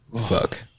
Fuck